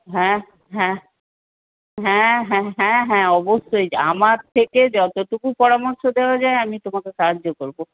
হ্যাঁ হ্যাঁ হ্যাঁ হ্যাঁ হ্যাঁ হ্যাঁ অবশ্যই আমার থেকে যতটুকু পরামর্শ দেওয়া যায় আমি তোমাকে সাহায্য করব